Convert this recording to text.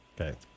Okay